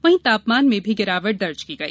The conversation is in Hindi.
वहीं तापमान में भी गिरावट दर्ज की गई